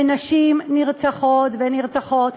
ונשים נרצחות ונרצחות.